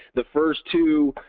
the first two,